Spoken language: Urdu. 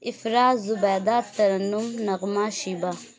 افرا زبیدہ ترنم نغمہ شیبہ